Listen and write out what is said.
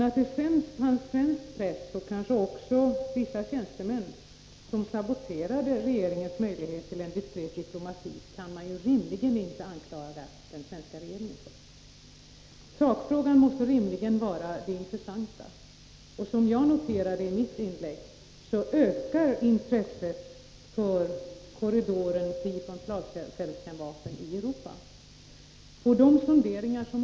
Att det sedan fanns svensk press och kanske också vissa tjänstemän som saboterade regeringens möjlighet att föra en diskret diplomati kan man inte rimligen anklaga den svenska regeringen för. Sakfrågan måste ändå vara det intressanta. Som jag noterade i mitt inlägg ökar intresset för en korridor i Europa fri från slagfältskärnvapen.